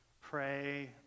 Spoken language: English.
pray